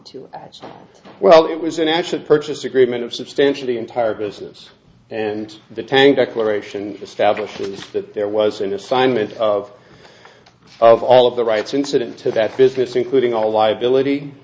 to well it was an actual purchase agreement of substantially entire business and the tank declaration establishes that there was an assignment of of all of the rights incident to that business including all liability